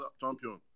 champion